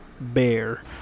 bear